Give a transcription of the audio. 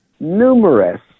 Numerous